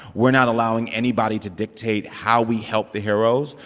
we're not allowing anybody to dictate how we help the heroes.